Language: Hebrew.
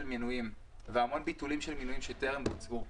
מינויים והמון ביטולים של מינויים שטרם בוצעו.